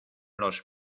los